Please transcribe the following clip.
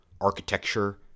architecture